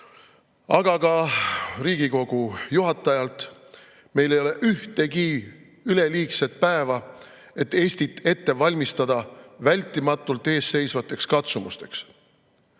aga ka Riigikogu juhatajalt. Meil ei ole ühtegi üleliigset päeva, et Eestit vältimatult eesseisvateks katsumusteks